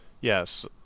Yes